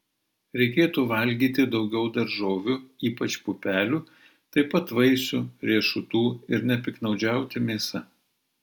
reikėtų valgyti daugiau daržovių ypač pupelių taip pat vaisių riešutų ir nepiktnaudžiauti mėsa